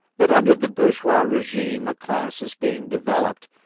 that under the bourgeois regime a class is being developed,